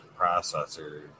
processor